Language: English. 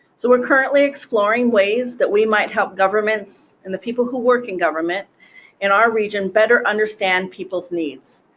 so we're currently exploring ways that we might help governments and the people who work in government in our region better understand people's needs.